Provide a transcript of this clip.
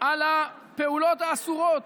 על הפעולות האסורות.